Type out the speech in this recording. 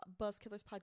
buzzkillerspodcast